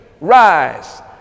Rise